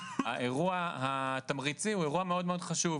האירוע התמריצי הוא אירוע מאוד חשוב,